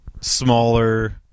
smaller